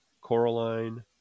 Coraline